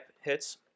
hits